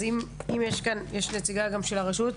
אז אם יש כאן נציגה גם של הרשות?